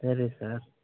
సరే సార్